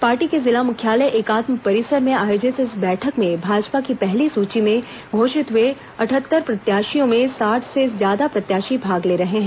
party के जिला मुख्यालय एकात्म परिसर में आयोजित इस बैठक में भाजपा की पहली सुची में घोषित हुए अटहत्तर प्रत्याशियों में साठ से ज्यादा प्रत्याशी भाग ले रहे हैं